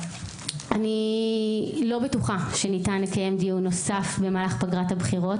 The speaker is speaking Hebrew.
אני לא בטוחה שניתן לקיים דיון נוסף במהלך פגרת הבחירות.